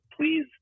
please